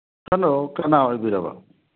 hello ꯀꯅꯥ ꯑꯣꯏꯕꯤꯔꯕ